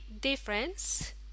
difference